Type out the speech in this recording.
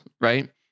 right